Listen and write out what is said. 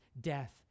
death